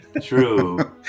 True